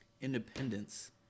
Independence